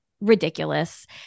ridiculous